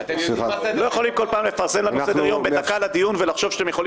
אתם לא יכולים לפרסם כל פעם סדר יום דקה לפני הדיון ולחשוב שאתם יכולים